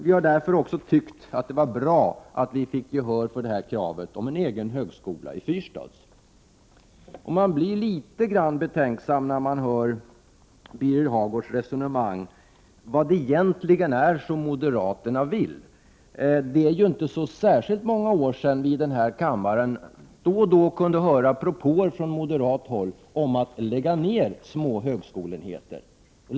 Vi tycker också att det är bra att vi har fått gehör för vårt krav på en egen högskola i Fyrstadsområdet. Jag blir dock något betänksam när jag hör Birger Hagårds resonemang om vad moderaterna egentligen vill. Det är ju inte så många år sedan som vi i denna kammare kunde höra propåer från moderaterna om att lägga ned små högskoleenheter.